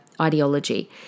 ideology